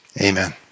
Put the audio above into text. amen